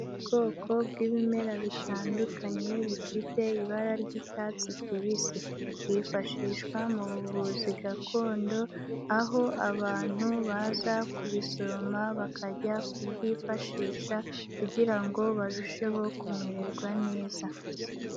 Ubwoko bw'ibimera bitandukanye bifite ibara ry'icyatsi kibisi, bwifashishwa muvuzi gakondo, aho abantu baza kubisoroma bakajya kubyifashisha kugira ngo barusheho kumererwa neza.